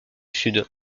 sud